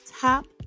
top